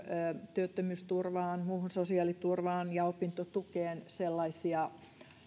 työttömyysturvaan muuhun sosiaaliturvaan ja opintotukeen sellaisia